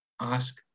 Ask